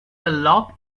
lop